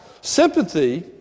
Sympathy